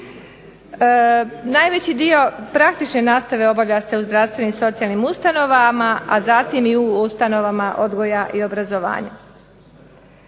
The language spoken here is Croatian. Najveći dio praktične nastave obavlja se u zdravstvenim i socijalnim ustanovama, a zatim i u ustanovama odgoja i obrazovanja.